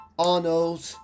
Arnold